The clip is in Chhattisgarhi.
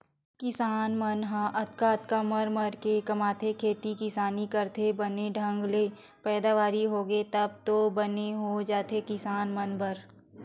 किसान मन ह अतका अतका मर मर के कमाथे खेती किसानी करथे बने ढंग ले पैदावारी होगे तब तो बने हो जाथे किसान मन बर